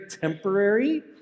temporary